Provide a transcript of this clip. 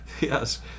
Yes